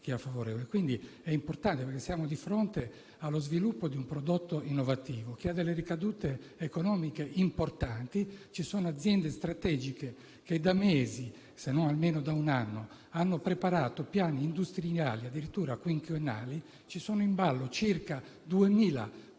Ciò è importante, perché siamo di fronte allo sviluppo di un prodotto innovativo che ha delle ricadute economiche importanti. Ci sono aziende strategiche che da mesi, se non almeno da un anno, hanno preparato piani industriali, addirittura quinquennali, e ci sono in ballo circa 2.000 posti